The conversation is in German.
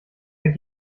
der